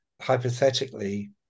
hypothetically